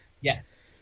Yes